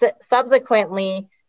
subsequently